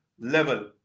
level